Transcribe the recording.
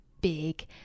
big